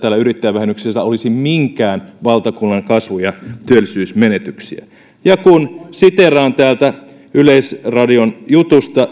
tällä yrittäjävähennyksellä olisi minkään valtakunnan kasvu ja työllisyysmenetyksiä ja siteeraan täältä yleisradion jutusta